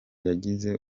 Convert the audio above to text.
yagize